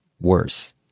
worse